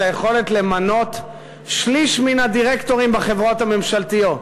את היכולת למנות שליש מן הדירקטורים בחברות הממשלתיות.